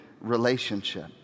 relationship